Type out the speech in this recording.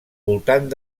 voltant